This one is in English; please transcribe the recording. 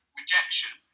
rejection